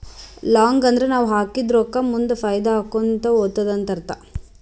long ಅಂದುರ್ ನಾವ್ ಹಾಕಿದ ರೊಕ್ಕಾ ಮುಂದ್ ಫೈದಾ ಆಕೋತಾ ಹೊತ್ತುದ ಅಂತ್ ಅರ್ಥ